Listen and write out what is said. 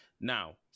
Now